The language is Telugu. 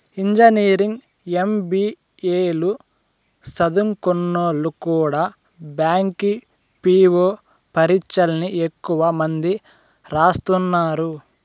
ఇంజనీరింగ్, ఎం.బి.ఏ లు సదుంకున్నోల్లు కూడా బ్యాంకి పీ.వో పరీచ్చల్ని ఎక్కువ మంది రాస్తున్నారు